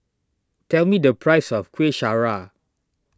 tell me the price of Kuih Syara